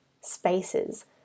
spaces